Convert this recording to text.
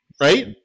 right